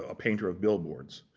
ah painter of billboards.